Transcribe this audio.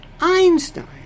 Einstein